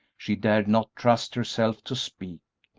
she dared not trust herself to speak.